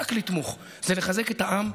רק לתמוך, לחזק את העם,